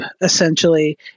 essentially